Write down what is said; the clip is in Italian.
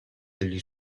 degli